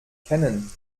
kennen